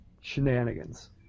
shenanigans